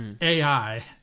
AI